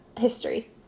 history